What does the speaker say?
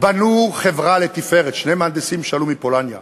בנו חברה לתפארת, שני מהנדסים שעלו מרומניה,